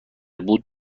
بود